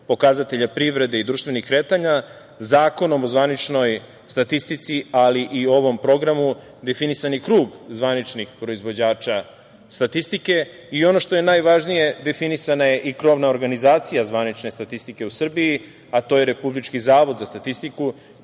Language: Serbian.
pokazatelja privrede i društvenih kretanja. Zakonom o zvaničnoj statistici, ali i ovom programu definisan je krug zvaničnih proizvođača statistike i ono što je najvažnije definisana je i krovna organizacija zvanične statistike u Srbiji, a to je Republički zavod za statistiku